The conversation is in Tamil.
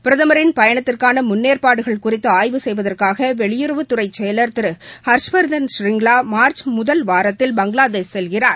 பிரதமரின் பயணத்திற்கான முன்னேற்பாடுகள் குறித்து ஆய்வு செய்வதற்காக வெளியுறவுத்துறைச் செயலர் திரு ஹர்ஷ்வர்தன் ஷ்ரிங்லா மார்ச் முதல் வாரத்தில் பங்களாதேஷ் செல்கிறார்